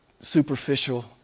superficial